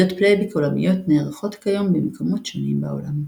ועידות פלייבק עולמיות נערכות כיום במקומות שונים בעולם.